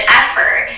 effort